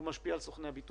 הוא משפיע על סוכני הביטוח,